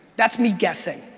that's me guessing.